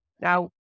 Now